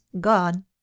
gone